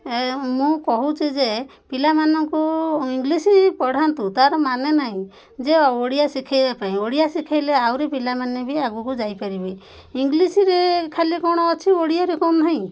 ଏ ମୁଁ କହୁଛି ଯେ ପିଲାମାନଙ୍କୁ ଇଂଲିଶ ପଢ଼ାନ୍ତୁ ତା'ର ମାନେ ନାହିଁ ଯେ ଓଡ଼ିଆ ଶିଖେଇବା ପାଇଁ ଓଡ଼ିଆ ଶିଖେଇଲେ ଆହୁରି ପିଲାମାନେ ବି ଆଗକୁ ଯାଇପାରିବେ ଇଂଲିଶରେ ଖାଲି କ'ଣ ଅଛି ଓଡ଼ିଆରେ କ'ଣ ନାହିଁ